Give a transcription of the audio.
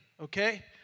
Okay